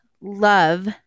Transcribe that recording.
love